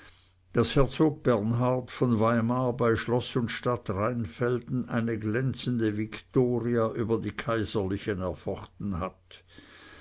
daß herzog bernhard von weimar bei schloß und stadt rheinfelden eine glänzende viktoria über die kaiserlichen erfochten hat